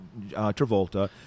Travolta